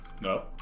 No